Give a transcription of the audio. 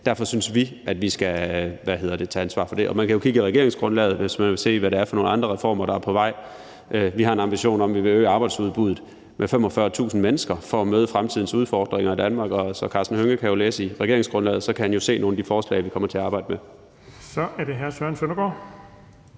Derfor synes vi, at vi skal tage ansvar for det. Man kan jo kigge i regeringsgrundlaget, hvis man vil se, hvad det er for nogle andre reformer, der er på vej; vi har en ambition om, at vi vil øge arbejdsudbuddet med 45.000 mennesker for at møde fremtidens udfordringer i Danmark. Så Karsten Hønge kan jo læse regeringsgrundlaget, og så kan han se nogle af de forslag, vi kommer til at arbejde med. Kl. 14:58 Den fg.